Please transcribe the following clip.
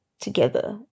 together